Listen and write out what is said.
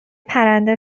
پرنده